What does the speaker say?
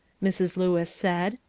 mrs. lewis said.